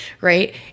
right